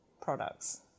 products